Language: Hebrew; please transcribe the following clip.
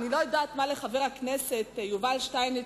אני לא יודעת מה לחבר הכנסת יובל שטייניץ,